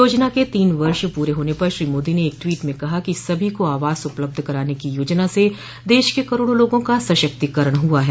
योजना के तीन वर्ष पूरे होने पर श्री मोदी ने एक ट्वीट में कहा कि सभी को आवास उपलब्ध कराने की योजना से देश के करोड़ों लोगों का सशक्तिकरण हुआ है